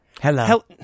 Hello